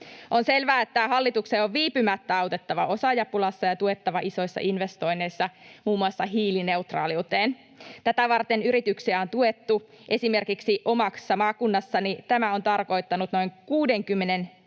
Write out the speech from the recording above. On selvää, että hallituksen on viipymättä autettava osaajapulassa ja tuettava isoissa investoinneissa muun muassa hiilineutraaliuteen. Tätä varten yrityksiä on tuettu. Esimerkiksi omassa maakunnassani tämä on tarkoittanut noin 60 miljoonan